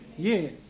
Yes